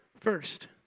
First